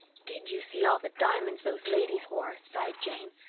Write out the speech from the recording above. did you see all the diamonds those ladies wore? sighed jane.